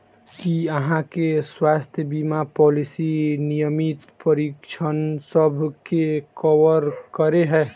की अहाँ केँ स्वास्थ्य बीमा पॉलिसी नियमित परीक्षणसभ केँ कवर करे है?